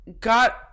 got